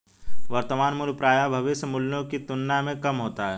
वर्तमान मूल्य प्रायः भविष्य मूल्य की तुलना में कम होता है